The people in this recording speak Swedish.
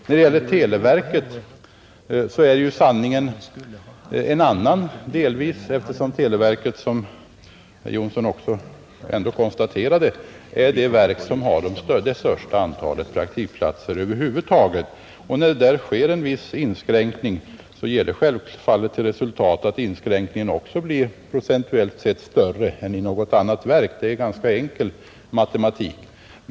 När det gäller televerket är ju sanningen delvis en annan, eftersom televerket, som herr Jonsson ändå konstaterade, är det verk som har det största antalet praktikplatser över huvud taget. Och när det där sker en viss inskränkning ger det självfallet till resultat att inskränkningen blir procentuellt sett större än i något annat verk. Det är en ganska enkel matematik.